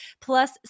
plus